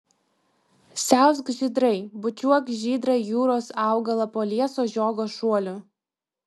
siausk žydrai bučiuok žydrą jūros augalą po lieso žiogo šuoliu